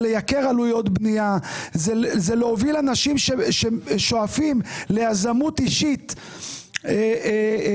לייקר עלויות בנייה; זה להוביל אנשים ששואפים ליזמות אישית להישבר,